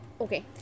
Okay